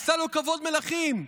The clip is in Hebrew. עשה לו כבוד מלכים.